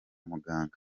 muganga